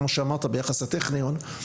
כמו שאמרת ביחס לטכניון,